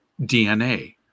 DNA